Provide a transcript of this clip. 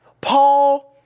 Paul